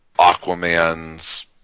Aquaman's